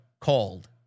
called